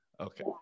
okay